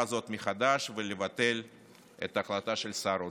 הזאת מחדש ולבטל את ההחלטה של שר האוצר.